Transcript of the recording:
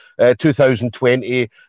2020